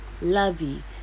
Lovey